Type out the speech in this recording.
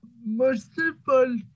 multiple